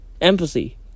Empathy